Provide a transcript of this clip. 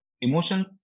Emotion